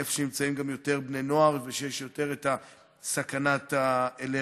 איפה שנמצאים גם יותר בני נוער ושיש יותר סכנת אלרגיות.